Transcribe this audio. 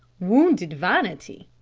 wounded vanity?